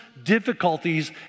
Difficulties